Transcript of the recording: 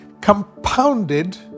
compounded